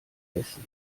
essen